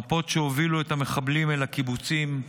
מפות שהובילו את המחבלים אל הקיבוצים,